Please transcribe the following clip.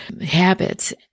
habits